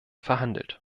verhandelt